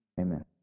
amen